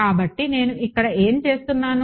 కాబట్టి నేను ఇక్కడ ఏమి చేస్తునాను